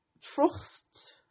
trust